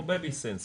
כמו בייבי סנס כזה.